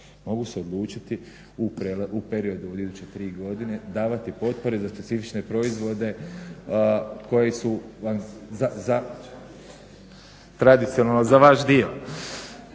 mogu se odlučiti u periodu iduće 3 godine davati potpore za specifične proizvode koji su tradicionalno za vaš dio.